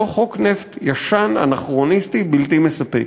אותו חוק נפט ישן, אנכרוניסטי, בלתי מספק.